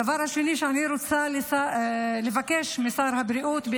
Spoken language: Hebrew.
הדבר השני שאני רוצה לבקש משר הבריאות הוא